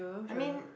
I mean